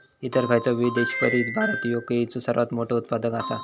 इतर खयचोबी देशापरिस भारत ह्यो केळीचो सर्वात मोठा उत्पादक आसा